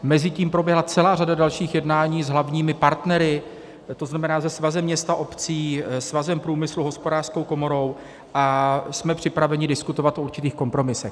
Mezitím proběhla celá řada dalších jednání s hlavními partnery, to znamená se Svazem měst a obcí, Svazem průmyslu, Hospodářskou komorou, a jsme připraveni diskutovat o určitých kompromisech.